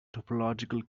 topological